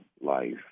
life